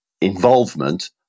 involvement